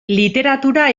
literatura